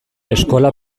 eskola